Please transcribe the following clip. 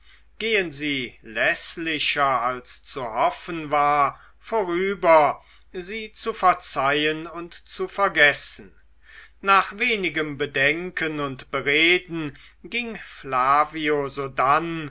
gehen sie läßlicher als zu hoffen war vorüber sie zu verzeihen und zu vergessen nach wenigem bedenken und bereden ging flavio sodann